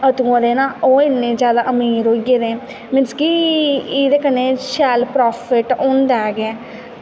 अदूआं दे ओह् इन्ने जादा अमीर होई गेदे न मीनस कि एह्दे कन्नै शैल प्राफिट होंदा ऐ